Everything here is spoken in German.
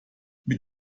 mit